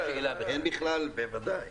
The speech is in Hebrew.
בוודאי.